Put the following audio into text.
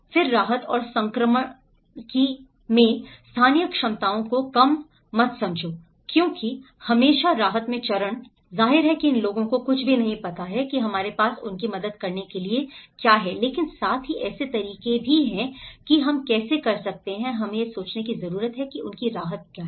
फिर राहत और संक्रमण में स्थानीय क्षमताओं को कम मत समझो क्योंकि हमेशा राहत में चरण जाहिर है कि इन लोगों को कुछ भी नहीं पता है कि हमारे पास उनकी मदद करने के लिए है लेकिन साथ ही ऐसे तरीके भी हैं कि हम कैसे कर सकते हैं हमें यह सोचने की ज़रूरत है कि उनकी राहत क्या है